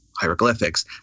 hieroglyphics